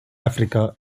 africa